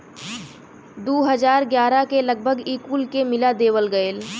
दू हज़ार ग्यारह के लगभग ई कुल के मिला देवल गएल